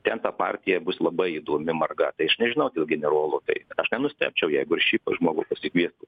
ten ta partija bus labai įdomi marga tai aš nežinau dėl generolo tai aš nenustebčiau jeigu ir šį žmogų pasikviestų